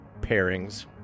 pairings